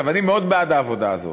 עכשיו, אני מאוד בעד העבודה הזאת,